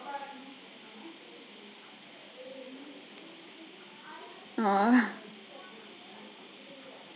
ah